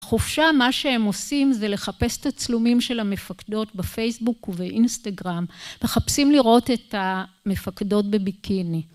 חופשה, מה שהם עושים זה לחפש את תצלומים של המפקדות בפייסבוק ובאינסטגרם, מחפשים לראות את המפקדות בביקיני.